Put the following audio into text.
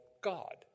God